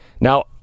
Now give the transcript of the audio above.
Now